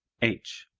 h.